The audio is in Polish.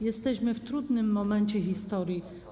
Jesteśmy w trudnym momencie historii.